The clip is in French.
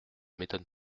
m’étonne